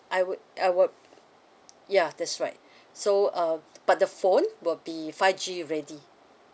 I would I would ya that's right so uh but the phone will be five G ready